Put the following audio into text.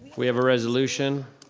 we have a resolution?